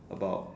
about